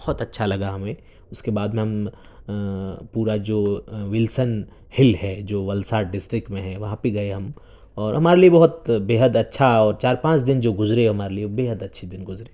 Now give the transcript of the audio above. بہت اچھا لگا ہمیں اس کے بعد میں ہم پورا جو ولسن ہل ہے جو ولسار ڈسٹرکٹ میں ہے وہاں پہ گئے ہم اور ہمارے لیے بہت بے حد اچھا اور چار پانچ دن جو گزرے ہمارے لیے بے حد اچھے دن گزرے